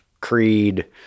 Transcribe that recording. creed